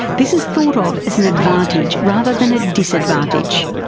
this is thought of as an advantage rather than a disadvantage.